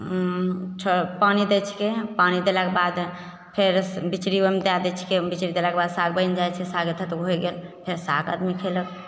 तब पानि दै छियै पानि देलाके बाद फेर बिचड़ी ओहिमे दए दै छियै ओहिमे बिचड़ी देलाके बाद साग बनि जाइत छै साग अच्छासे होइ गेल फेर साग आदमी खयलक